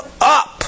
up